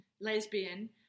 lesbian